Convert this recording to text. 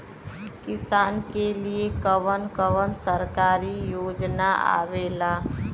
किसान के लिए कवन कवन सरकारी योजना आवेला?